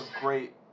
great